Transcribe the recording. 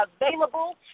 available